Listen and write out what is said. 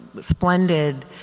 splendid